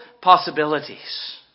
possibilities